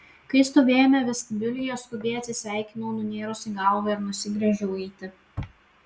kai stovėjome vestibiulyje skubiai atsisveikinau nunėrusi galvą ir nusigręžiau eiti